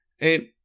And-